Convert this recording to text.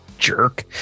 jerk